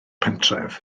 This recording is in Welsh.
pentref